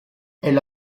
elle